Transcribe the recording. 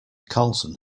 karlsson